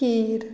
खीर